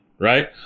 right